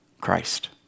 Christ